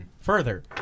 further